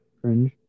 Cringe